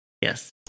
Yes